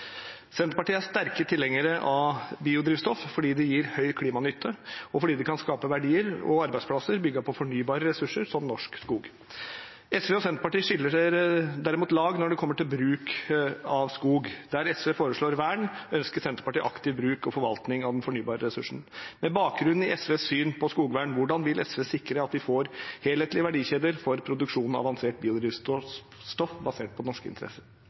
Senterpartiet er sterkt tilhenger av biodrivstoff, fordi det gir høy klimanytte, og fordi det kan skape verdier og arbeidsplasser som er bygget på fornybare ressurser, som norsk skog. SV og Senterpartiet skiller derimot lag når det kommer til bruk av skog. Der SV foreslår vern, ønsker Senterpartiet aktiv bruk og forvaltning av den fornybare ressursen. Med bakgrunn i SVs syn på skogvern: Hvordan vil SV sikre at vi får helhetlige verdikjeder for produksjon av avansert biodrivstoff basert på norske